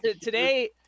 today